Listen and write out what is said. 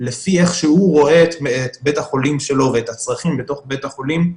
לפי איך שהוא רואה את בית החולים שלו ואת הצרכים בתוך בית החולים,